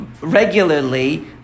Regularly